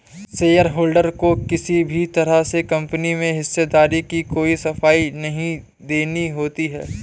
shareholder को किसी भी तरह से कम्पनी में हिस्सेदारी की कोई सफाई नहीं देनी होती है